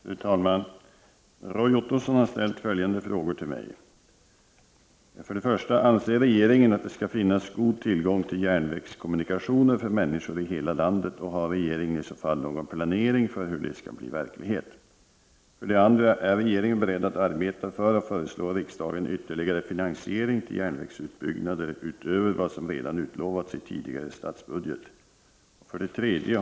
Fru talman! Roy Ottosson har ställt följande frågor till mig: 1. Anser regeringen att det skall finnas god tillgång till järnvägskommunikationer för människor i hela landet, och har regeringen i så fall någon planering för hur det skall bli verklighet? 2. Är regeringen beredd att arbeta för och föreslå riksdagen ytterligare finansiering till järnvägsutbyggnader utöver vad som redan utlovats i tidigare statsbudget? 3.